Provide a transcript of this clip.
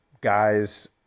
guys